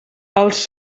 els